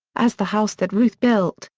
as the house that ruth built,